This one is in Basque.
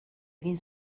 egin